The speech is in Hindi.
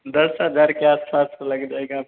दस हज़ार के आस पास तो लग जाएगा आप